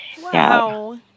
wow